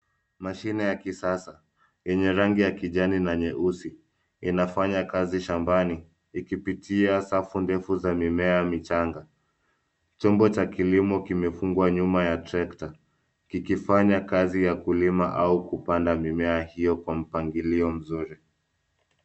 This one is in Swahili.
Mashine ya kisasa yenye rangi ya kijani na nyeusi inafanya kazi shambani ikipitia safu ndefu za mimea michanga. Chombo cha kilimo kimefungwa nyuma ya trekta kikifanya kazi ya kulima au kupanga mimea hiyo kwa mpangilio mzuri.